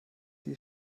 die